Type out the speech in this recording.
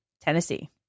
Tennessee